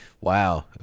wow